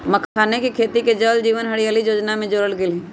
मखानके खेती के जल जीवन हरियाली जोजना में जोरल गेल हई